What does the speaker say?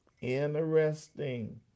interesting